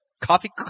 coffee